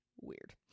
Weird